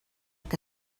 que